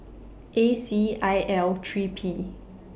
A C I L three P